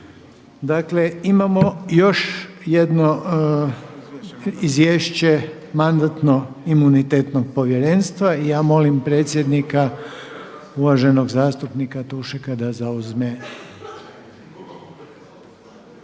Dakle imamo još jedno izvješće Mandatno-imunitetnog povjerenstva i ja molim predsjednika uvaženog zastupnika Tušeka da zauzme.